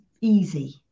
easy